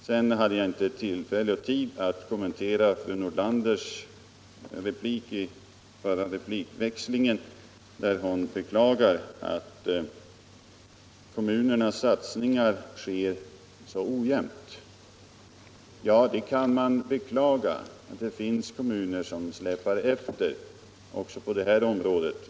Jag hade inte förut tillfälle och tid att kommentera fru Nordlanders replik i förra replikväxlingen, där hon beklagade att kommunernas satsningar sker så ojämnt. Ja, det kan man beklaga. Det finns kommuner som släpar efter också på det här området.